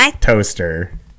toaster